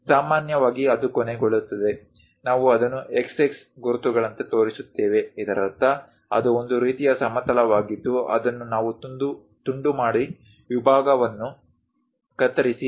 ಸಾಮಾನ್ಯವಾಗಿ ಅದು ಕೊನೆಗೊಳ್ಳುತ್ತದೆ ನಾವು ಅದನ್ನು x x ಗುರುತುಗಳಂತೆ ತೋರಿಸುತ್ತೇವೆ ಇದರರ್ಥ ಅದು ಒಂದು ರೀತಿಯ ಸಮತಲವಾಗಿದ್ದು ಅದನ್ನು ನಾವು ತುಂಡು ಮಾಡಿ ವಿಭಾಗವನ್ನು ಕತ್ತರಿಸಿ ಆ ನೋಟವನ್ನು ತೋರಿಸಲಿದ್ದೇವೆ